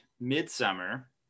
*Midsummer*